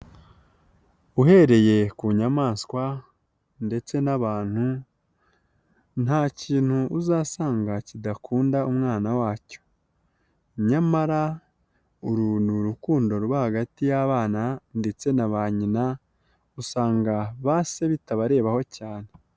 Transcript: Uereye ku nyamaswa ndetse n'abantu, nta kintu uzasanga kidakunda umwana wacyo, nyamara uru ni urukundo ruba hagati y'abana ndetse na ba nyina, usanga ba se bitabarebaho cyane.